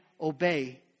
obey